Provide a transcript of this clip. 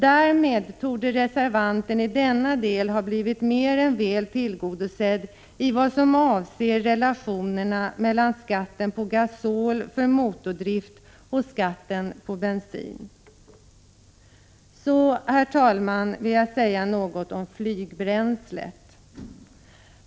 Därmed torde reservanten i denna del ha blivit mer än väl tillgodosedd i vad avser relationerna mellan skatten på gasol för motordrift och skatten på bensin. Så, herr talman, vill jag säga något om flygbränslet.